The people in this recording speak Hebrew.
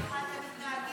ככה אתם מתנהגים.